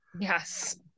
yes